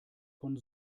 von